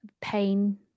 pain